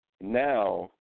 now